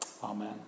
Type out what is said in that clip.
Amen